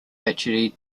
actually